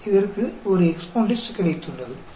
तो हमारे पास एक्सेल फ़ंक्शन है